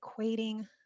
equating